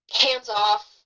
hands-off